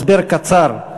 הסבר קצר.